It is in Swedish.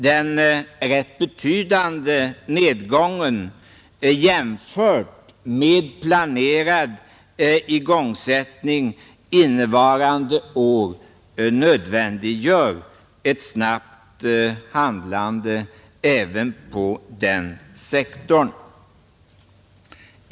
Den rätt betydande nedgången, jämförd med planerad igångsättning innevarande år, nödvändiggör ett snabbt handlande även på den sektorn.